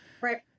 Right